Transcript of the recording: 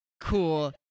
cool